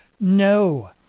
no